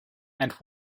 and